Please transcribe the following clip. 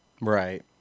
Right